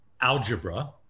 algebra